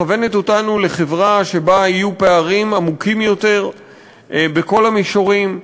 מכוונת אותנו לחברה שבה יהיו פערים עמוקים יותר בכל המישורים,